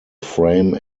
frame